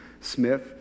Smith